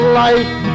life